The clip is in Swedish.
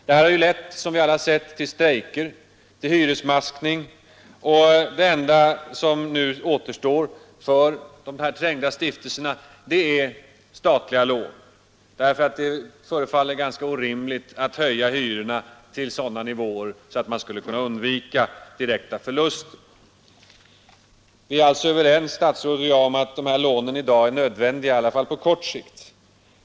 Det här har lett, som vi alla sett, till strejker och hyresmaskning, och det enda som nu återstår för de trängda stiftelserna är statliga lån. Det förefaller ju helt omöjligt att höja hyrorna till sådana nivåer att stiftelserna skulle kunna undvika direkta förluster. Vi är överens, statsrådet och jag, om att de här lånen i dag är nödvändiga, i varje fall på kort sikt.